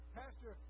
pastor